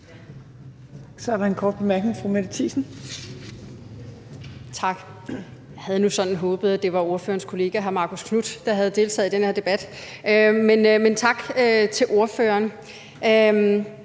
Så er der en kort bemærkning